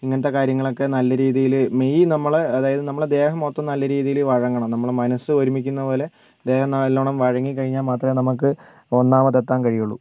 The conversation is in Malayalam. ഇങ്ങനത്തെ കാര്യങ്ങളൊക്കെ നല്ല രീതീയിൽ മെയ് നമ്മുടെ അതായത് നമ്മുടെ ദേഹം മൊത്തം നല്ല രീതീയിൽ വഴങ്ങണം നമ്മുടെ മനസ്സ് ഒരുമിക്കുന്ന പോലെ ദേഹം നല്ലോണം വഴങ്ങി കഴിഞ്ഞാൽ മാത്രമേ നമുക്ക് ഒന്നാമതെത്താൻ കഴിയുള്ളൂ